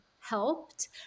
helped